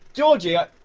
georgie, i